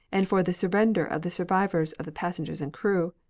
and for the surrender of the survivors of the passengers and crew,